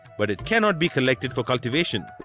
but it cannot be collected for cultivation.